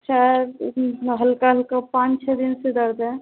sir हल्का हल्का पाँच छः दिन से दर्द है